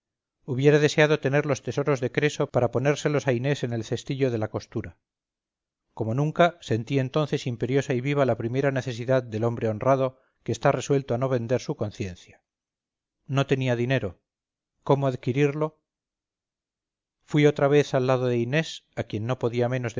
hubiera deseado tener los tesoros de creso para ponérselos a inés en el cestillo de la costura como nunca sentí entonces imperiosa y viva la primera necesidad del hombre honrado que está resuelto a no vender su conciencia no tenía dinero cómo adquirirlo fui otra vez al lado de inés a quien no podía menos